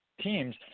teams